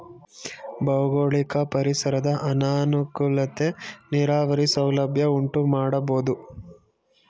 ಭೌಗೋಳಿಕ ಪರಿಸರದ ಅನಾನುಕೂಲತೆ ನೀರಾವರಿ ಸೌಲಭ್ಯ ಉಂಟುಮಾಡಬೋದು